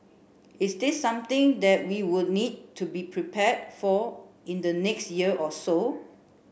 is this something that we would need to be prepared for in the next year or so